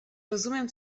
rozumiem